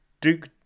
Duke